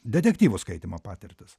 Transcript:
detektyvo skaitymo patirtis